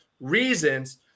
reasons